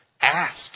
Ask